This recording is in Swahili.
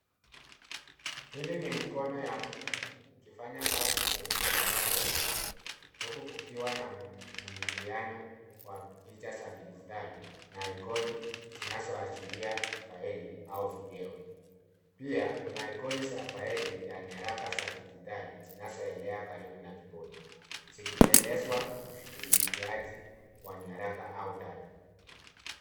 Hili ni mkono ya mtu ikifanya kazi kwenye kompyuta ndogo huku kukiwa na mwingiliano wa picha za kidijitali na aikoni zinazoashiria faili au video. Pia, kuna aikoni za faili ya nyaraka za kidijitali zinazoelea karibu na kibodi zikipendezwa ushughulikiaji wa nyaraka au data.